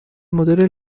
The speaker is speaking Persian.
مدل